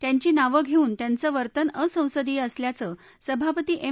त्यांची नावं घेऊन त्यांचं वर्तन असंसदीय असल्याचं सभापती एम